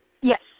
Yes